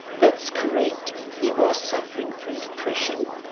that's correct. he was suffering from depression.